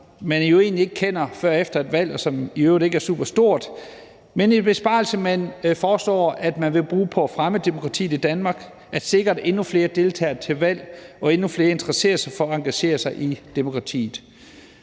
man jo egentlig ikke kender før efter et valg, og som i øvrigt ikke er superstor, men det er en besparelse, som man foreslår at bruge på at fremme demokratiet i Danmark og sikre, at endnu flere deltager til valg og endnu flere interesserer sig for og engagerer sig i demokratiet.